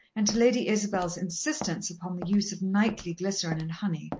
and to lady isabel's insistence upon the use of nightly glycerine-and-honey,